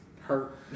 Hurt